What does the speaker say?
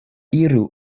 iru